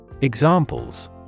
examples